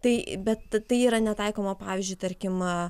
tai bet tai yra netaikoma pavyzdžiui tarkim